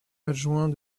adjoint